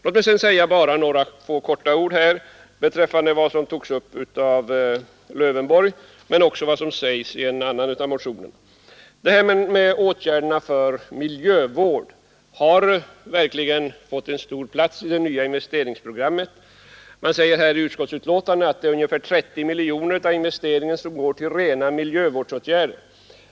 Låt mig sedan bara säga några få ord beträffande vad som anförts av herr Lövenborg och vad som framhålles i hans motion. Kostnaderna för miljövård har verkligen fått en stor plats i det nya investeringsprogrammet. Det framhålls i utskottsbetänkandet att ungefär 30 miljoner av investeringen går till miljövårdsåtgärder.